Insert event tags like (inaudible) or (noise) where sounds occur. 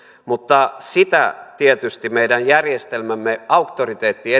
mutta sitä tietysti meidän järjestelmämme auktoriteetti (unintelligible)